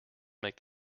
make